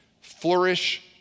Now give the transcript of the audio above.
Flourish